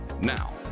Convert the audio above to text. now